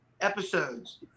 episodes